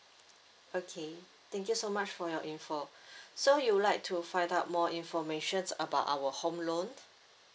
okay thank you so much for your info so you would like to find out more information about our home loan